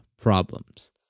problems